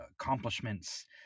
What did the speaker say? accomplishments